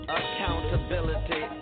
accountability